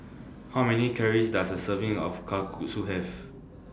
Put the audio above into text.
How Many Calories Does A Serving of Kalguksu Have